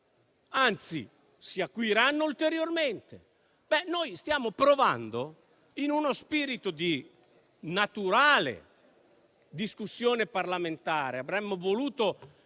anzi si acuiranno ulteriormente. Stiamo provando ad intervenire in uno spirito di naturale discussione parlamentare,